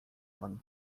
wan